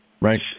right